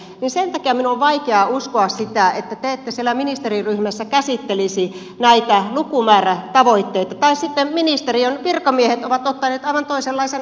sen takia minun on vaikea uskoa sitä että te ette siellä ministeriryhmässä käsittelisi näitä lukumäärätavoitteita tai sitten ministeriön virkamiehet ovat ottaneet aivan toisenlaisen otteen kuin aiemmin